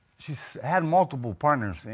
she's had multiple partners,